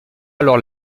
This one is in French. alors